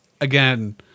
Again